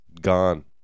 gone